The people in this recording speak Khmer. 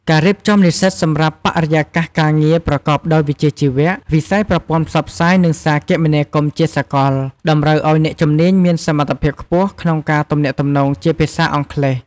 ការរៀបចំនិស្សិតសម្រាប់បរិយាកាសការងារប្រកបដោយវិជ្ជាជីវៈ: វិស័យប្រព័ន្ធផ្សព្វផ្សាយ និងសារគមនាគមន៍ជាសកល តម្រូវឱ្យអ្នកជំនាញមានសមត្ថភាពខ្ពស់ក្នុងការទំនាក់ទំនងជាភាសាអង់គ្លេស។